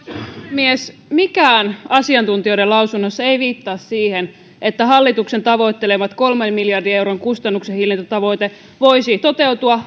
puhemies mikään asiantuntijoiden lausunnoissa ei viittaa siihen että hallituksen tavoittelema kolmen miljardin euron kustannusten hillintätavoite voisi toteutua